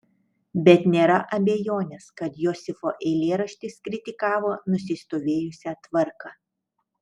bet nėra abejonės kad josifo eilėraštis kritikavo nusistovėjusią tvarką